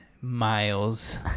miles